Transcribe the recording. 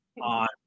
on